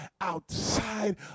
outside